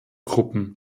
gruppen